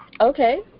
Okay